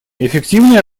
эффективное